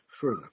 further